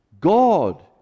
God